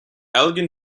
elgin